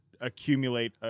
accumulate